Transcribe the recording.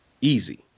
easy